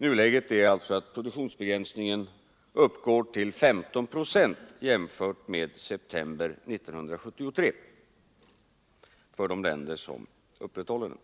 Nuläget är alltså att produktionsbegränsningen uppgår till 15 procent jämfört med september 1973 för de länder som upprätthåller den.